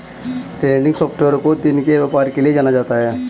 trending software को दिन के व्यापार के लिये जाना जाता है